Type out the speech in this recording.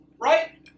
right